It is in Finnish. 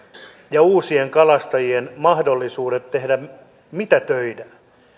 ja uusien kalastajien mahdollisuudet mitätöidä